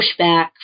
pushback